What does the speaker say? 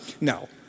no